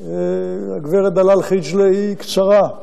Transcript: הגברת דלאל חיג'לה, היא קצרה,